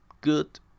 good